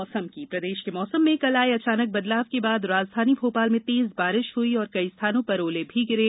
मौसम प्रदेश के मौसम में कल आए अचानक बदलाव के बाद राजधानी भोपाल में तेज बारिश हुई और कई स्थानों पर ओले भी गिरे